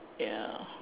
ya